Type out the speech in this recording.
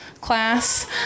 class